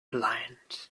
blind